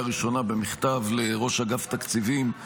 ראשונה פניתי בעניין הזה במכתב לראש אגף התקציבים,